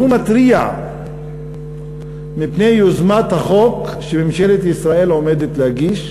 הוא מתריע מפני יוזמת החוק שממשלת ישראל עומדת להגיש,